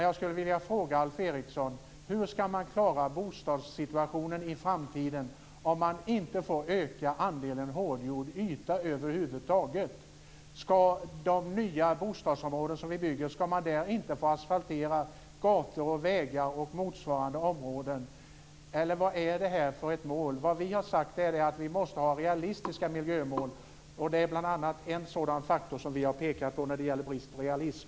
Jag skulle vilja fråga Alf Eriksson hur man ska klara bostadssituationen i framtiden om man inte får öka andelen hårdgjord yta över huvud taget. Ska man inte få asfaltera gator och vägar och motsvarande områden i de nya bostadsområden som vi bygger? Vad är detta för mål? Vi har sagt att vi måste ha realistiska miljömål. Detta är bl.a. en sådan faktor som vi har pekat på när det gäller brist på realism.